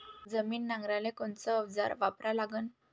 जमीन नांगराले कोनचं अवजार वापरा लागन?